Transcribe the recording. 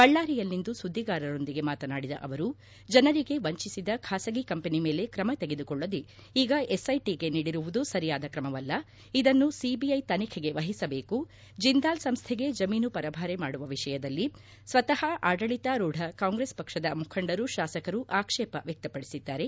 ಬಳ್ಳಾರಿಯಲ್ಲಿಂದು ಸುದ್ದಿಗಾರರೊಂದಿಗೆ ಮಾತನಾಡಿದ ಅವರು ಜನರಿಗೆ ವಂಚಿಸಿದ ಖಾಸಗಿ ಕಂಪನಿ ಮೇಲೆ ಕ್ರಮ ತೆಗೆದುಕೊಳ್ಳದೆ ಈಗ ಎಸ್ಐಟಿಗೆ ನೀಡಿರುವುದು ಸರಿಯಾದ ಕ್ರಮವಲ್ಲ ಇದನ್ನು ಸಿಬಿಐ ತನಿಖೆಗೆ ವಹಿಸಬೇಕು ಜಿಂದಾಲ್ ಸಂಸ್ಥೆಗೆ ಜಮೀನು ಪರಭಾರೆ ಮಾಡುವ ವಿಷಯದಲ್ಲಿ ಸ್ವಕಃ ಆಡಳಿತಾರೂಡ ಕಾಂಗ್ರೆಸ್ ಪಕ್ಷದ ಮುಖಂಡರು ಶಾಸಕರು ಆಕ್ಷೇಪ ವ್ಯಕ್ತಪಡಿಸಿದ್ದಾರೆ